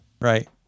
Right